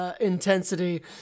intensity